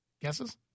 Guesses